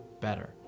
better